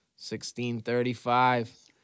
1635